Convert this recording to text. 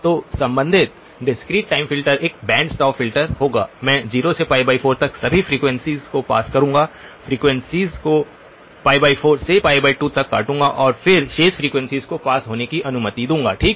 तो संबंधित discrete time filter एक बैंड स्टॉप फिल्टर होगा मैं 0 से π 4 तक सभी फ्रीक्वेंसीयों को पास करूंगा फ्रीक्वेंसीयों को π 4 से π 2 तक काटूंगा और फिर शेष फ्रीक्वेंसीयों को पास होने की अनुमति दूंगा ठीक